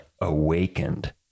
Awakened